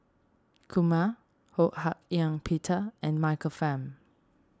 Kumar Ho Hak Ean Peter and Michael Fam